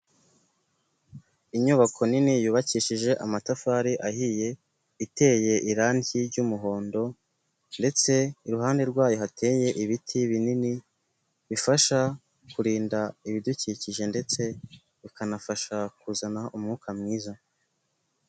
Inyubako nini yubakishije amatafari ahiye, iteye irangi ry'umuhondo ndetse iruhande rwayo hateye ibiti binini bifasha kurinda ibidukikije ndetse bikanafasha kuzana umwuka mwiza.